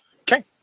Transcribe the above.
Okay